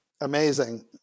amazing